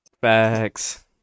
Facts